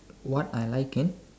what I like in